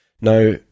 Now